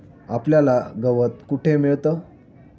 आपल्याला गवत कुठे मिळतं?